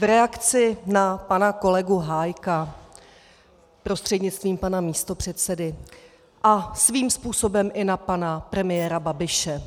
V reakci na pana kolegu Hájka prostřednictvím pana místopředsedy a svým způsobem i na pana premiéra Babiše.